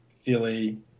Philly